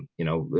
you know,